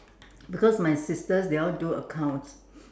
because my sisters they all do accounts